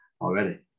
already